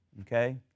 okay